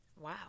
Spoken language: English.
wow